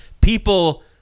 People